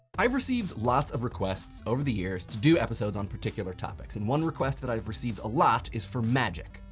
i've received lots of requests over the years to do episodes on particular topics. and one request that i've received a lot is for magic,